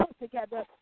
together